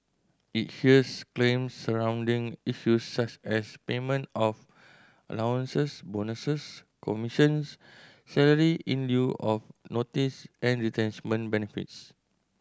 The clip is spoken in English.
it hears claims surrounding issues such as payment of allowances bonuses commissions salary in lieu of notice and retrenchment benefits